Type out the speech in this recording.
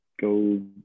go